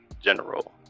general